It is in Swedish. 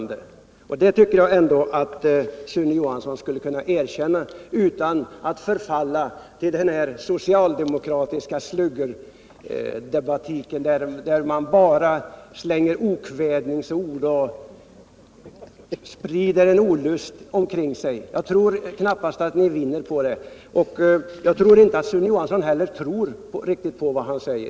Det tycker jag att Sune Johansson skulle kunna erkänna utan att förfalla till den socialdemokratiska sluggerdebatten, där man bara slänger ut okvädinsord och sprider olust omkring sig. Jag tror knappast att ni vinner på det och jag tror inte heller att Sune Johansson tror riktigt på vad han säger.